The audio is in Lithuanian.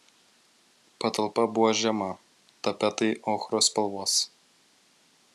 patalpa buvo žema tapetai ochros spalvos